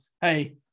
Hey